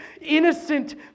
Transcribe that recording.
innocent